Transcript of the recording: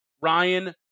Ryan